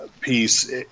piece